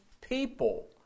people